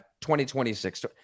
2026